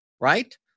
right